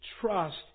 trust